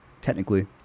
Technically